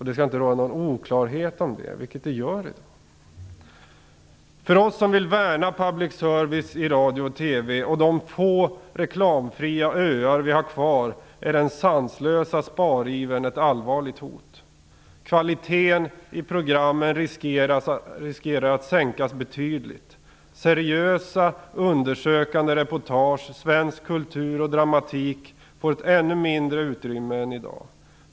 Det skall inte råda någon oklarhet om det, vilket det gör i dag. För oss som vill värna public service i radio och TV och de få reklamfria öar vi har kvar, är den sanslösa sparivern ett allvarligt hot. Kvaliteten i programmen riskerar att sänkas betydligt. Seriösa, undersökande reportage och svensk kultur och dramatik får ett ännu mindre utrymme än i dag.